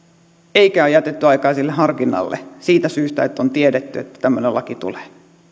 eikä ole jätetty aikaa sille harkinnalle siitä syystä että on tiedetty että tämmöinen laki tulee